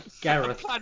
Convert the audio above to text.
Gareth